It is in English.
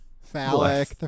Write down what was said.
Phallic